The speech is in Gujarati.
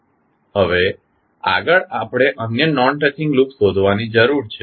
હવે આગળ આપણે અન્ય નોન ટચિંગ લૂપ્સ શોધવાની જરૂર છે